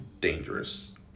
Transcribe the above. dangerous